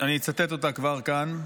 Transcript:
אני אצטט אותה כבר כאן,